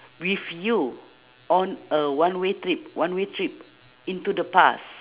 with you on a one-way trip one-way trip into the past